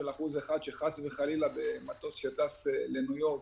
אחוז אחד שחס וחלילה במטוס שטס לניו יורק